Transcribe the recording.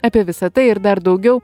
apie visa tai ir dar daugiau